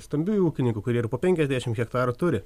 stambiųjų ūkininkų kurie ir po penkiasdešimt hektarų turi